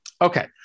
Okay